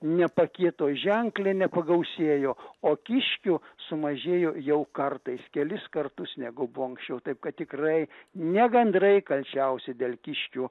nepakito ženkle nepagausėjo o kiškių sumažėjo jau kartais kelis kartus negu buvo anksčiau taip kad tikrai ne gandrai kalčiausi dėl kiškių